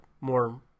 more